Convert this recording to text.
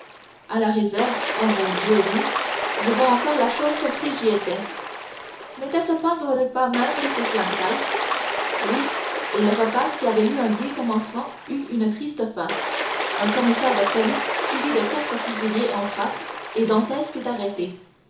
à la réserve ô mon dieu oui je vois encore la chose comme si j'y étais n'était-ce pas au repas même de ses fiançailles oui et le repas qui avait eu un gai commencement eut une triste fin un commissaire de police suivi de quatre fusiliers entra et dantès fut arrêté